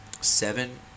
seven